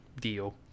deal